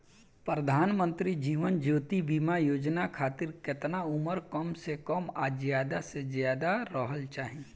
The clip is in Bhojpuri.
प्रधानमंत्री जीवन ज्योती बीमा योजना खातिर केतना उम्र कम से कम आ ज्यादा से ज्यादा रहल चाहि?